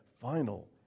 final